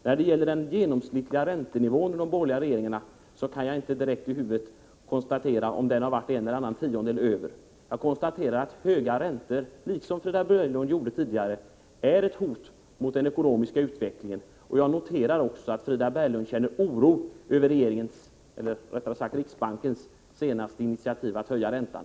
När det gäller den genomsnittliga räntenivån under den borgerliga regeringstiden kan jag inte på stående fot avgöra huruvida den var en eller annan tiondedel högre än den nuvarande. Jag konstaterar liksom Frida Berglund gjorde tidigare att höga räntor är ett hot mot den ekonomiska utvecklingen. Jag noterar också att Frida Berglund känner oro över regeringens eller rättare sagt riksbankens senaste initiativ att höja räntan.